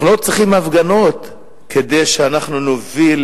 אנחנו לא צריכים הפגנות כדי שאנחנו נוביל